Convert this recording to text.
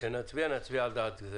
כשנצביע נצביע גם על זה.